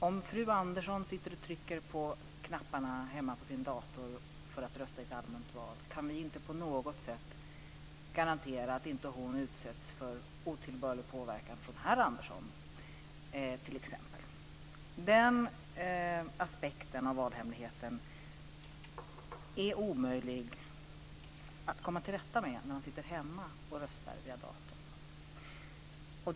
Om fru Andersson sitter hemma och trycker på knapparna på sin dator för att rösta i ett allmänt val kan vi inte på något sätt garantera att hon inte utsätts för otillbörlig påverkan från herr Andersson. Den aspekten på valhemligheten är omöjlig att beakta när man sitter hemma och röstar via datorn.